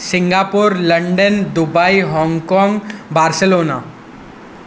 Singapore London Dubai Hong Kong Barcelona